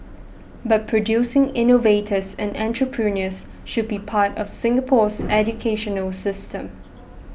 but producing innovators and entrepreneurs should be part of Singapore's educational system